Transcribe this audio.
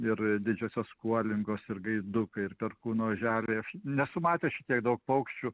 ir didžiosios kuolingos ir gaidukai ir perkūno oželiai aš nesu matęs šitiek daug paukščių